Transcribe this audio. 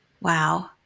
Wow